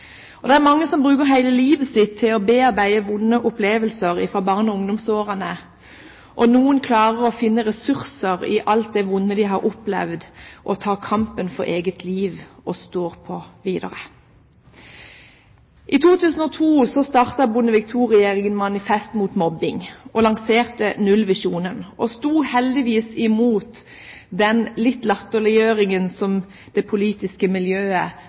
Det er mange som bruker hele livet på å bearbeide vonde opplevelser fra barne- og ungdomsårene. Noen klarer å finne ressurser i alt det vonde de har opplevd, og tar kampen for eget liv og står på videre. I 2002 startet Bondevik II-regjeringen Manifest mot mobbing og lanserte nullvisjonen, og sto heldigvis imot den litt latterliggjøringen som det politiske miljøet